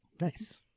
Nice